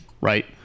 Right